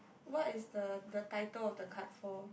what is the the title of the card for